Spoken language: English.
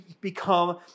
become